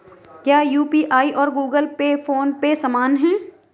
क्या यू.पी.आई और Google Pay PhonePe समान हैं?